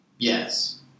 yes